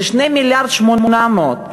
ל-2.8 מיליארד,